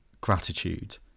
gratitude